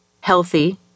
healthy